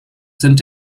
sind